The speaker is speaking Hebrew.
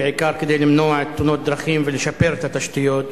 בעיקר כדי למנוע תאונות דרכים ולשפר את התשתיות,